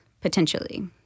potentially